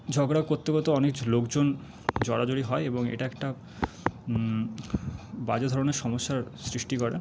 ঝগড়া করতে করতে অনেক লোকজন জড়াজড়ি হয় এবং এটা একটা বাজে ধরনের সমস্যার সৃষ্টি করে